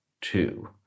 two